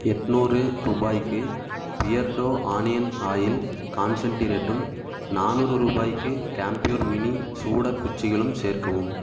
எட்நூறு ரூபாய்க்கு பியர்டோ ஆனியன் ஆயில் கான்சென்டிரேட்டும் நானூறு ரூபாய்க்கு கேம்ப்யூர் மினி சூட குச்சிகளும் சேர்க்கவும்